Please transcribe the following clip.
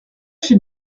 chez